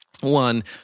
One